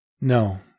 No